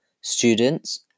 students